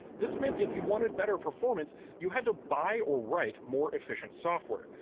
this meant if you wanted better performance you had to buy or write more efficient software.